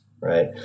right